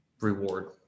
reward